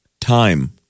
time